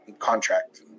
contract